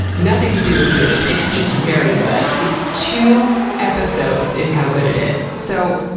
nothing to do with me, it's just very good. it's two episodes, is how good it is. so,